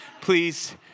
Please